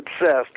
obsessed